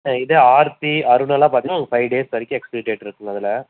இதே ஆர்த்தி அருணெல்லாம் பார்த்தீங்கன்னா உங்களுக்கு ஃபைவ் டேஸ் வரைக்கும் எக்ஸ்பைரி டேட் இருக்குங்க அதில்